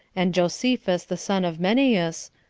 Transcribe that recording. and josephus, the son of menneus,